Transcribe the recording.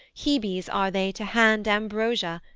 hebes are they to hand ambrosia,